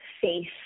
face